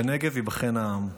בנגב ייבחן העם.